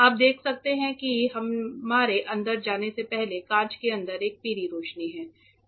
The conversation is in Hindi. आप देख सकते हैं कि हमारे अंदर जाने से पहले कांच के अंदर एक पीली रोशनी है